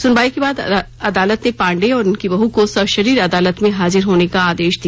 सुनवाई के बाद अदालत ने पांडेय और उनकी बह को सशरीर अदालत में हाजिर होने का आदेश दिया